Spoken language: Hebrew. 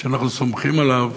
שאנחנו סומכים עליו,